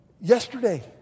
yesterday